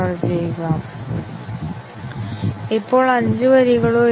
അവസ്ഥ ഞങ്ങൾ അർത്ഥമാക്കുന്നത് ആറ്റോമിക് അവസ്ഥകളാണ്